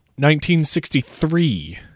1963